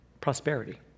prosperity